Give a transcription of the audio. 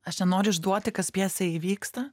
aš nenoriu išduoti kas pjesėj įvyksta